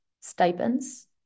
stipends